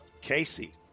Casey